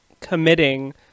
committing